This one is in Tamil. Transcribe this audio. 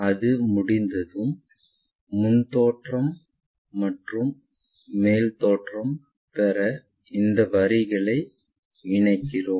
அது முடிந்ததும் முன் தோற்றம் மற்றும் மேல் தோற்றம் பெற இந்த வரிகளை இணைக்கிறோம்